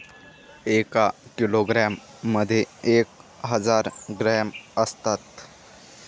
एका किलोग्रॅम मध्ये एक हजार ग्रॅम असतात